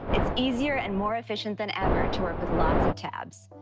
it's easier and more efficient than ever to work with lots of tabs.